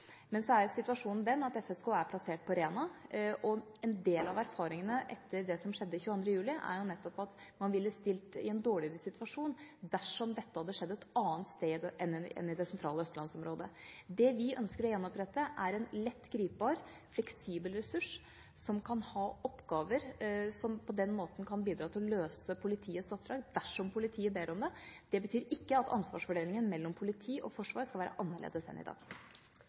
Men så er situasjonen den at FSK er plassert på Rena, og en del av erfaringene etter det som skjedde 22. juli, er nettopp at man ville ha stilt i en dårligere situasjon dersom dette hadde skjedd et annet sted enn i det sentrale østlandsområdet. Det vi ønsker å gjenopprette, er en lett gripbar, fleksibel ressurs som kan ha oppgaver som kan bidra til å løse politiets oppdrag dersom politiet ber om det. Det betyr ikke at ansvarsfordelingen mellom politi og forsvar skal være annerledes enn i dag.